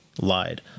lied